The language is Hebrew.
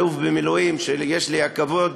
האלוף במילואים, והיה לי הכבוד